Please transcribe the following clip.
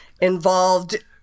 involved